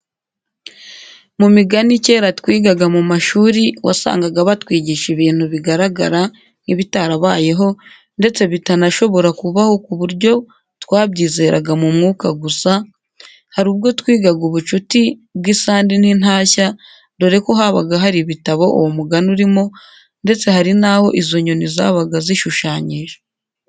Mu migani kera twigaga mu mashuri wasangaga batwigisha ibintu bigaragara nk'ibitarabayeho ndetse bitanashobora kubaho ku buryo twabyizeraga mu mwuka gusa, hari ubwo twigaga ubucuti bw'isandi n'intashya dore ko habaga hari ibitabo uwo mugani urimo ndetse hari n'aho izo nyoni zabaga zishushanyije.